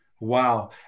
wow